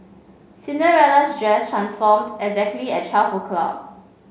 Cinderella's dress transformed exactly at twelve o'clock